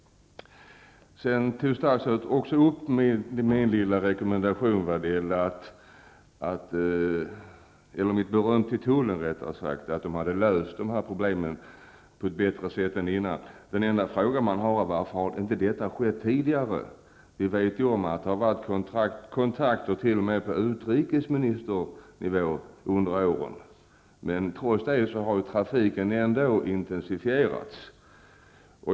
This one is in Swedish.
Statsrådet nämnde också mitt beröm till tullen angående att man hade löst problemen på ett bättre sätt än tidigare. Men varför skedde inte det tidigare? Vi vet att det under åren har förekommit kontakter på t.o.m. utrikesministernivå. Men trots det har trafiken ändå intensifierats.